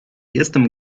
jestem